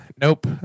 Nope